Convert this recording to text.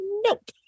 nope